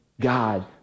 God